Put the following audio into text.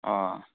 অঁ